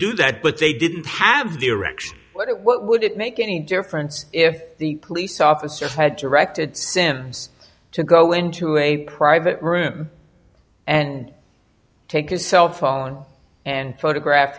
do that but they didn't have the erection what it what would it make any difference if the police officers had to wrecked it sems to go into a private room and take a cell phone and photograph